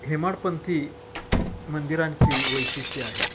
हेमाडपंथी मंदिरांची वैशिष्ट्य आहेत